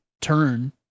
Turn